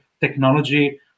technology